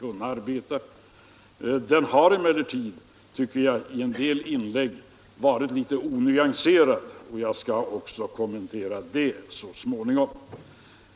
En del inlägg har emellertid, tycker jag, varit litet onyanserade. Jag skall kommentera det så småningom.